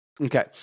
Okay